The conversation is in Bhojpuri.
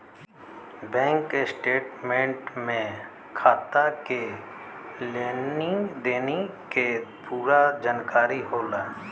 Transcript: बैंक स्टेटमेंट में खाता के लेनी देनी के पूरा जानकारी होला